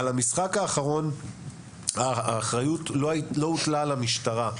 האחריות על המשחק האחרון לא הוטלה על המשטרה.